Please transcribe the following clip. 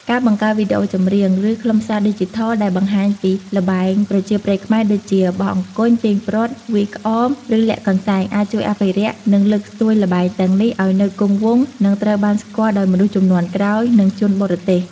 ការបង្កើតវីដេអូចម្រៀង ឬខ្លឹមសារឌីជីថលដែលបង្ហាញពីល្បែងប្រជាប្រិយខ្មែរ ដូចជា បោះអង្គញ់ ទាញព្រ័ត្រ វាយក្អម ឬលាក់កន្សែង អាចជួយអភិរក្ស និងលើកស្ទួយល្បែងទាំងនេះឱ្យនៅគង់វង្ស និងត្រូវបានស្គាល់ដោយមនុស្សជំនាន់ក្រោយ និងជនបរទេស។